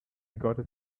gotta